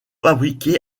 fabriqués